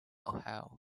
ohio